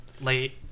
Late